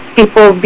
people